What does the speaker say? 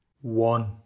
one